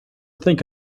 think